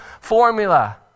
formula